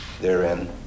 therein